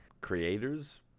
creators